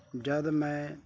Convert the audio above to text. ਜਦ ਮੈਂ